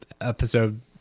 episode